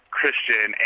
Christian